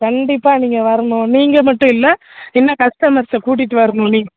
கண்டிப்பாக நீங்கள் வரணும் நீங்கள் மட்டும் இல்லை இன்னும் கஸ்டமர்ஸை கூட்டிட்டு வரணும் நீங்கள்